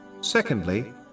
secondly